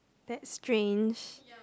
that's strange